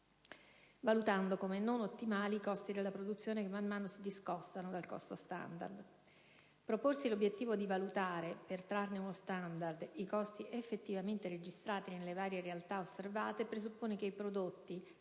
valutando come non ottimali i costi della produzione che man mano si discostano dal costo standard. Proporsi l'obiettivo di valutare, per trarne uno standard, i costi effettivamente registrati nelle varie realtà osservate, presuppone che i prodotti